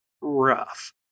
rough